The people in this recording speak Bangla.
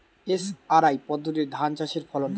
এস.আর.আই পদ্ধতিতে ধান চাষের ফলন কেমন?